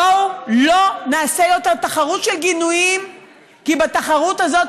בואו לא נעשה יותר תחרות של גינויים כי בתחרות הזאת,